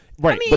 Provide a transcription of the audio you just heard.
Right